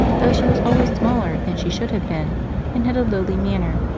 though she was always smaller than she should have been and had a lowly manner,